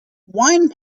wine